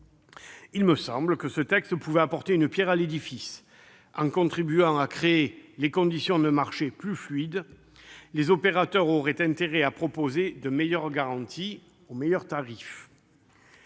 À mon sens, ce texte pourrait apporter une pierre à l'édifice : il contribuerait à créer les conditions d'un marché plus fluide, et les opérateurs auraient intérêt à proposer de meilleures garanties, au meilleur tarif.